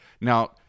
Now